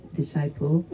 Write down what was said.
disciple